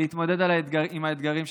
להתמודד עם האתגרים שלנו.